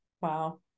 Wow